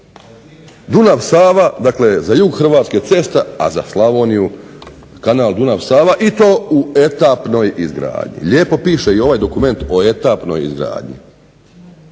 Dunav-Sava, dakle za jug Hrvatske cesta a za Slavoniju kanal Dunav-Sava i to u etapnoj izgradnji. Kaže se ovdje u ispravcima